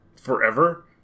forever